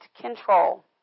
control